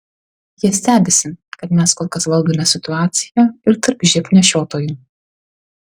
jie stebisi kad mes kol kas valdome situaciją ir tarp živ nešiotojų